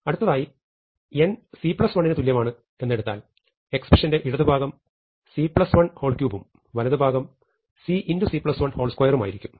അടുത്തതായി n c1 എന്നെടുത്താൽ എക്സ്പ്രഷന്റെ ഇടതുഭാഗം c1 3 ഉം വലതുഭാഗം cc1 2 ഉം ആയിരിക്കും